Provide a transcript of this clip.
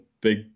big